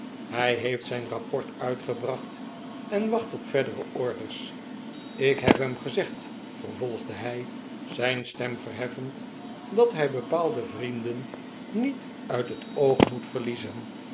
hij heeft zijn rapport uitgebracht en wacht op verdere orders ik heb hem gezegd vervolgde hij zijn stem verheffend dat hij bepaalde vrienden niet uit het oog moet verliezen